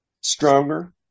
Stronger